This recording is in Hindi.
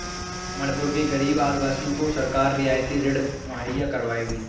मणिपुर के गरीब आदिवासियों को सरकार रियायती ऋण मुहैया करवाएगी